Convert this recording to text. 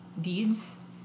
deeds